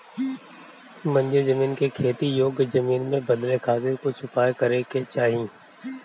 बंजर जमीन के खेती योग्य जमीन में बदले खातिर कुछ उपाय करे के चाही